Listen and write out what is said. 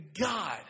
God